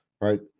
right